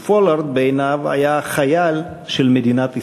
ופולארד בעיניו היה חייל של מדינת ישראל.